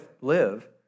live